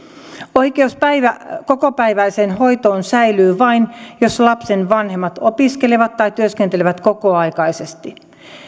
oikeus kokopäiväiseen hoitoon säilyy vain jos lapsen vanhemmat opiskelevat tai työskentelevät kokoaikaisesti